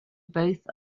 both